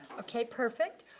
okay, perfect.